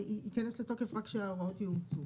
תכנס לתוקף רק כשההוראות יאומצו.